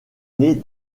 née